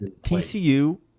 TCU